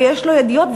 ויש לו ידיעות,